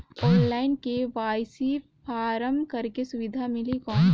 Online KYC form करेके सुविधा मिली कौन?